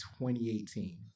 2018